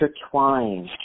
intertwined